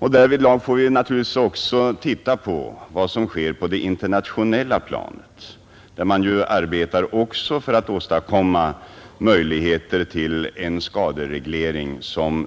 Samtidigt måste vi följa vad som händer på det internationella planet, där man också arbetar på en skadereglering som